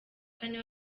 kane